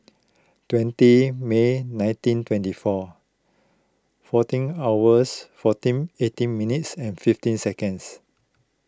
twenty May nineteen twenty four fourteen hours fourteen eighteen minutes and fifteen seconds